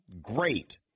great